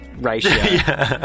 ratio